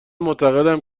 معتقدم